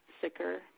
sicker